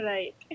Right